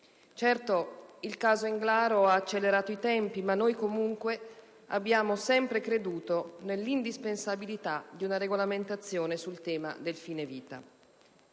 Certo, il caso Englaro ha accelerato i tempi ma noi comunque abbiamo sempre creduto nell'indispensabilità di una regolamentazione sul tema del fine vita.